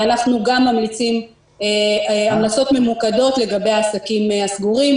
ואנחנו גם ממליצים המלצות ממוקדות לגבי העסקים הסגורים.